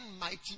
mighty